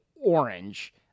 orange